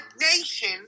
nation